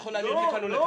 הסתכלתי-